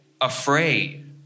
afraid